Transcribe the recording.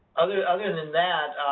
other other than that,